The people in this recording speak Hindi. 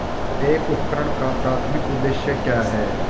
एक उपकरण का प्राथमिक उद्देश्य क्या है?